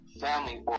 family